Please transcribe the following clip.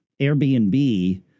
Airbnb